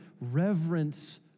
reverence